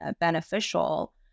beneficial